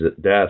death